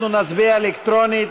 אנחנו נצביע אלקטרונית.